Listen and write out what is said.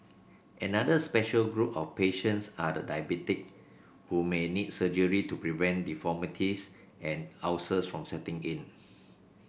another special group of patients are the diabetic who may need surgery to prevent deformities and ulcers from setting in